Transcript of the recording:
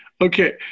Okay